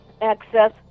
access